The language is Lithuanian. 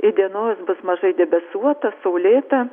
įdienojus bus mažai debesuota saulėta